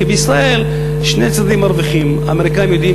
כי בישראל שני צדדים מרוויחים: האמריקנים יודעים